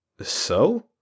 So